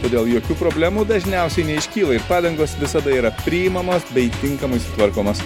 todėl jokių problemų dažniausiai neiškyla ir padangos visada yra priimamos bei tinkamai sutvarkomos